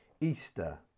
Easter